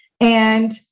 and-